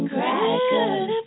Crackers